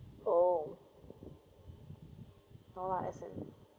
oh no lah as in